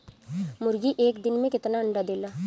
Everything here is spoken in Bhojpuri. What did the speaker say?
मुर्गी एक दिन मे कितना अंडा देला?